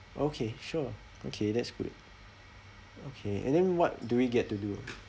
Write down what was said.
okay sure okay that's good okay and then what do we get to do